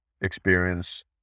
experience